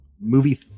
movie